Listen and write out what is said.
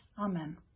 Amen